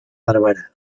barberà